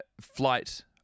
flight